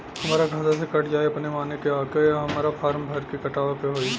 हमरा खाता से कट जायी अपने माने की आके हमरा फारम भर के कटवाए के होई?